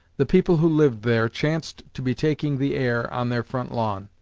the people who lived there chanced to be taking the air on their front lawn.